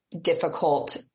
difficult